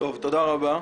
תודה רבה.